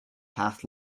path